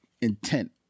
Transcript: intent